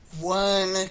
one